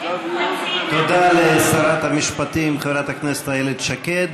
תודה לשרת המשפטים חברת הכנסת איילת שקד.